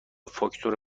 فاکتور